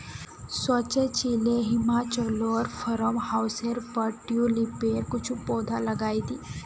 सोचे छि जे हिमाचलोर फार्म हाउसेर पर ट्यूलिपेर कुछू पौधा लगइ दी